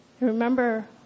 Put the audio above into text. Remember